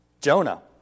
Jonah